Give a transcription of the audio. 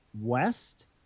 West